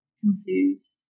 confused